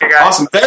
Awesome